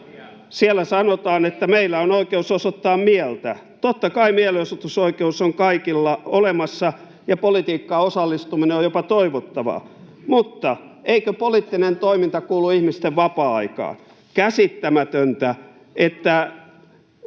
Siellä sanotaan, että meillä on oikeus osoittaa mieltä. Totta kai mielenosoitusoikeus on kaikilla olemassa ja politiikkaan osallistuminen on jopa toivottavaa, mutta eikö poliittinen toiminta kuulu ihmisten vapaa-aikaan? Käsittämätöntä, että